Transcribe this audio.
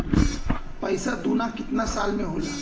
पैसा दूना कितना साल मे होला?